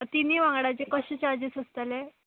तिनी वांगडाचे कशे चार्जीस आसतले